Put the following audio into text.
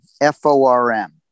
F-O-R-M